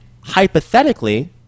hypothetically